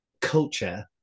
culture